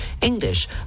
English